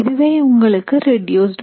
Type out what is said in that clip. இதுவே உங்களுக்கு reduced mass